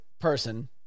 person